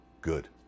good